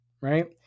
right